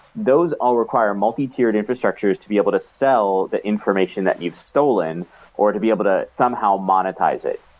those all require multi-tiered infrastructures to be able to sell the information that you've stolen or to be able to somehow monetize it.